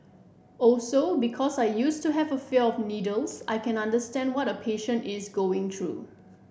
also because I used to have a fear of needles I can understand what a patient is going through